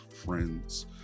friends